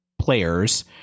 players